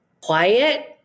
Quiet